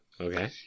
okay